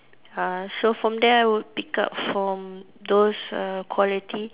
uh so from there I will pick up from those uh quality